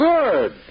Good